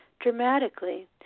dramatically